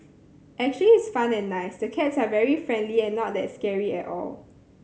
actually it's fun and nice the cats are very friendly and not that scary at all